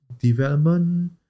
development